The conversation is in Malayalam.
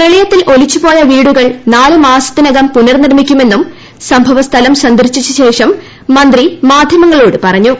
പ്രളയത്തിൽ ഒലിച്ച് പോയ വീടുകൾ നാല് മാസത്തിനകം പുനർനിർമ്മിക്കുമെന്നും സംഭവസ്ഥലം സന്ദർശിച്ച ശേഷം മന്ത്രി മാധ്യമങ്ങളോട് പറഞ്ഞു